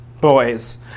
boys